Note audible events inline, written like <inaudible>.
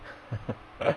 <laughs>